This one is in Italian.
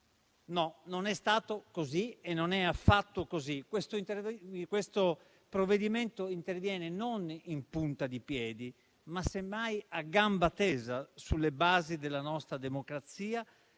Non è stato così e non è affatto così. Questo provvedimento interviene non in punta di piedi, ma semmai a gamba tesa sulle basi della nostra democrazia